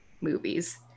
movies